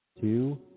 two